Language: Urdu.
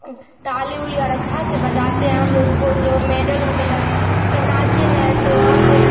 تالی ولی اور اچھا سے بجاتے ہیں ہم لوگ کو جو میڈل ووڈل پہناتے ہیں تو ہم لوگ